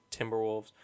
Timberwolves